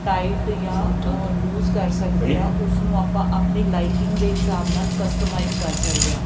tight ਜਾਂ loose ਕਰ ਸਕਦੇ ਹਾਂ ਉਸਨੂੰ ਆਪਾਂ ਆਪਣੀ ਲਾਈਕਿੰਗ ਦੇ ਹਿਸਾਬ ਨਾਲ ਕਸਟਮਾਈਜ਼ ਕਰ ਸਕਦੇ ਹਾਂ